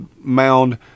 mound